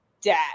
dad